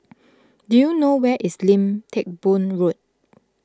do you know where is Lim Teck Boo Road